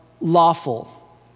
lawful